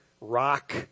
rock